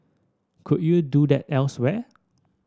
could you do that elsewhere